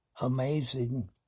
Amazing